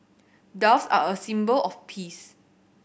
doves are a symbol of peace